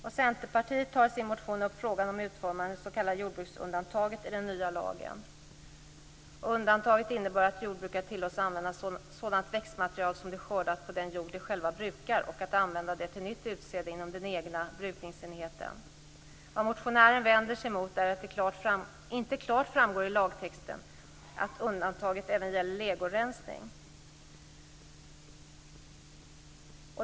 Centerpartiet tar i sin motion upp frågan om utformandet av det s.k. jordbruksundantaget i den nya lagen. Undantaget innebär att jordbrukare tillåts använda sådant växtmaterial som de skördat på den jord de själva brukar och använda det till nytt utsäde inom den egna brukningsenheten. Det motionären vänder sig emot är att det inte klart framgår i lagtexten att undantaget även gäller legorensning.